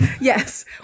Yes